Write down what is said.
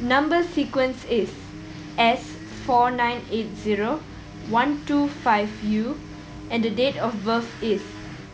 number sequence is S four nine eight zero one two five U and date of birth is